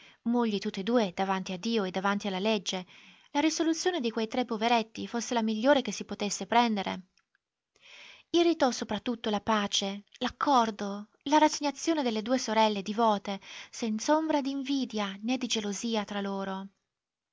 mogli tutt'e due davanti a dio e davanti alla legge la risoluzione di quei tre poveretti fosse la migliore che si potesse prendere irritò sopratutto la pace l'accordo la rassegnazione delle due sorelle divote senz'ombra d'invidia né di gelosia tra loro